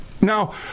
Now